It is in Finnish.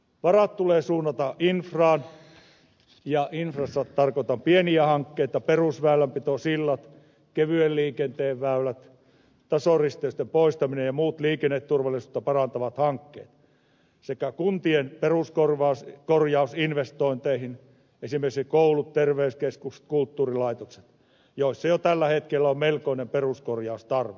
varat tulee suunnata infraan ja infrassa tarkoitan pieniä hankkeita perusväylänpito sillat kevyen liikenteen väylät tasoristeysten poistaminen ja muut liikenneturvallisuutta parantavat hankkeet sekä kuntien peruskorjausinvestointeihin esimerkiksi kouluihin terveyskeskuksiin kulttuurilaitoksiin joissa jo tällä hetkellä on melkoinen peruskorjaustarve